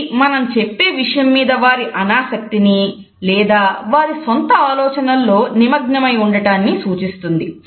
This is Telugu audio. ఇది మనం చెప్పే విషయం మీద వారి అనాసక్తిని లేదా వారి సొంత ఆలోచనలలో నిమగ్నమై ఉండటాన్ని సూచిస్తుంది